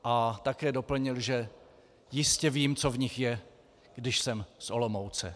A také doplnil, že jistě vím, co v nich je, když jsem z Olomouce.